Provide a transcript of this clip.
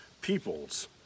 Peoples